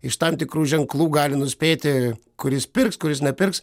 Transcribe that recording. iš tam tikrų ženklų gali nuspėti kuris pirks kuris nepirks